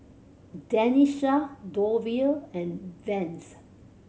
Tenisha Dovie and Vance